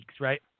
right